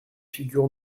figure